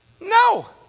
No